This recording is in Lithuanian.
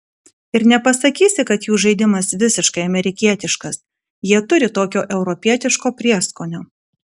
ir nepasakysi kad jų žaidimas visiškai amerikietiškas jie turi tokio europietiško prieskonio